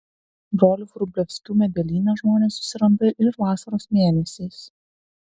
brolių vrublevskių medelyną žmonės susiranda ir vasaros mėnesiais